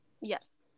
Yes